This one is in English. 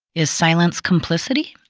is silence complicity?